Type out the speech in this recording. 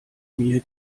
mir